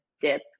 dip